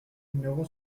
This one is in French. numéro